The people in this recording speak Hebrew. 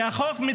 כי החוק,